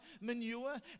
manure